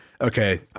Okay